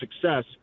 success